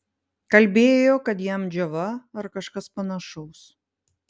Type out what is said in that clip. kalbėjo kad jam džiova ar kažkas panašaus